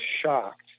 shocked